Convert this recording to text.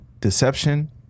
deception